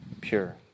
pure